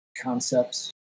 concepts